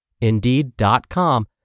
Indeed.com